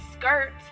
skirt